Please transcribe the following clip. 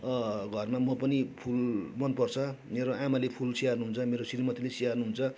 घरमा म पनि फुल मनपर्छ मेरो आमाले फुल स्याहार्नुहुन्छ मेरो श्रीमतीले स्याहार्नुहुन्छ